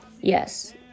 yes